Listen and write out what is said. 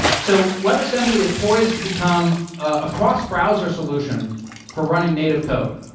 so webassembly is poised to become a cross-browser solution for running native code,